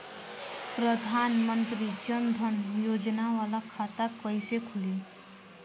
प्रधान मंत्री जन धन योजना वाला खाता कईसे खुली?